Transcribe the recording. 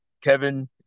Kevin